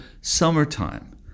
summertime